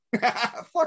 Fuck